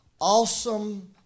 awesome